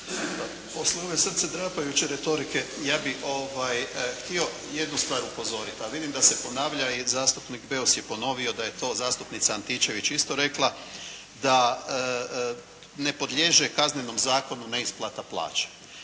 Poslije ove srcedrapajuće retorike ja bih htio jednu stvar upozoriti, a vidim da se ponavlja i zastupnik Beus je ponovio da je to zastupnica Antičević isto rekla, da ne podliježe kaznenom zakonu neisplata plaća.